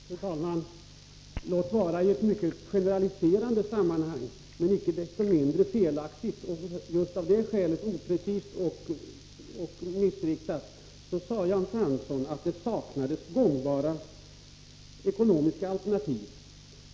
Fru talman! Jan Fransson sade, låt vara i ett mycket generaliserande sammanhang, att det saknades gångbara ekonomiska alternativ. Det är ett felaktigt, oprecist och missriktat påstående.